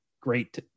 Great